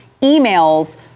emails